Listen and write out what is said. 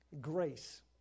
grace